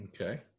Okay